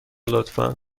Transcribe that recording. لطفا